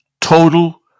total